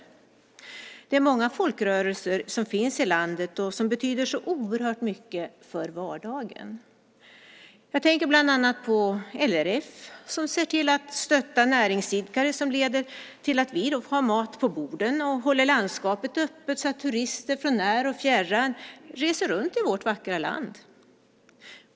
Det finns många folkrörelser i landet, och de betyder så oerhört mycket för vardagen. Jag tänker bland annat på LRF som ser till att stötta näringsidkare som ser till att vi har mat på borden och håller landskapet öppet så att turister från när och fjärran reser runt i vårt vackra land.